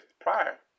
prior